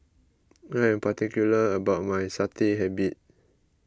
I am particular about my Satay habit